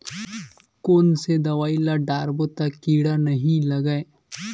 कोन से दवाई ल डारबो त कीड़ा नहीं लगय?